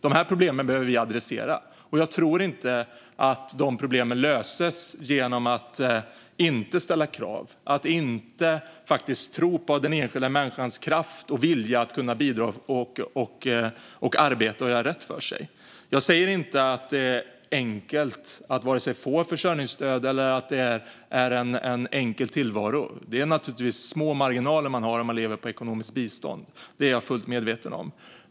Dessa problem behöver vi adressera. Jag tror inte att de problemen löses genom att man inte ställer krav och inte tror på den enskilda människans kraft och vilja att bidra, arbeta och göra rätt för sig. Jag säger inte att det är enkelt att få försörjningsstöd eller att det är en enkel tillvaro. Man har naturligtvis små marginaler när man lever på ekonomiskt bistånd; det är jag fullt medveten om.